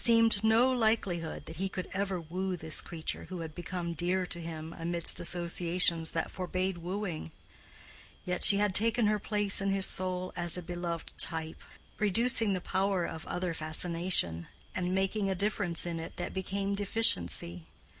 there seemed no likelihood that he could ever woo this creature who had become dear to him amidst associations that forbade wooing yet she had taken her place in his soul as a beloved type reducing the power of other fascination and making a difference in it that became deficiency.